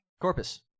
Corpus